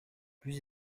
plus